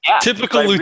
Typical